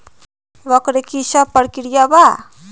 वक्र कि शव प्रकिया वा?